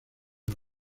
los